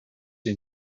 you